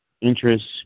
interests